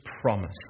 promise